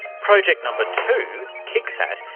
project number two, kicksat,